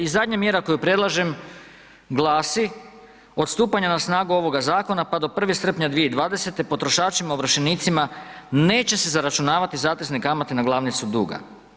I zadnja mjera koju predlažem glasi, od stupanja na snagu ovoga zakona pa do 1. srpnja 2020. potrošačima ovršenicima, neće se zaračunavati zatezne kamate na glavnicu duga.